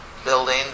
building